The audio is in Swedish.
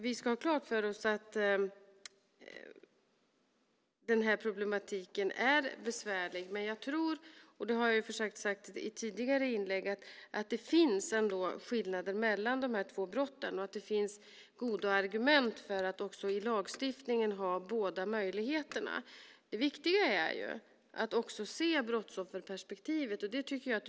Vi ska ha klart för oss att den här problematiken är besvärlig, men jag tror - och det har jag försökt säga i tidigare inlägg - att det ändå finns skillnader mellan de här två brotten och att det finns goda argument för att också i lagstiftningen ha båda möjligheterna. Det viktiga är att ha brottsofferperspektivet.